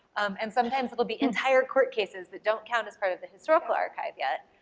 and sometimes it'll be entire court cases that don't count as part of the historical archive yet,